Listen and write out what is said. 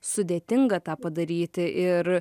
sudėtinga tą padaryti ir